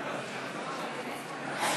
רבותיי,